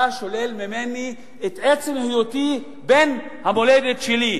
אתה שולל ממני את עצם היותי בן המולדת שלי.